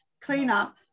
cleanup